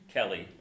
Kelly